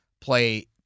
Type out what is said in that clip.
play